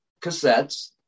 cassettes